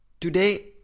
Today